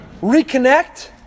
Reconnect